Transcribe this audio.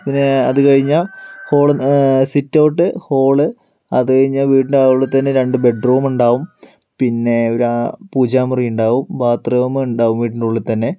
പിന്നെ അതുകഴിഞ്ഞാൽ ഹോളിൽ നിന്ന് സിറ്റൗട്ട് ഹോള് അതുകഴിഞ്ഞ് വീട്ടിന്ഉള്ളിൽ തന്നെ രണ്ട് ബെഡ്റൂം ഉണ്ടാകും പിന്നെ ഒരു പൂജാമുറി ഉണ്ടാകും ബാത്റൂമിൽ ഉണ്ടാവും വീട്ടിന്റെ ഉള്ളിൽ തന്നെ